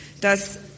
dass